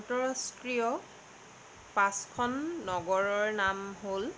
আন্তঃৰাষ্ট্ৰীয় পাঁচখন নগৰৰ নাম হ'ল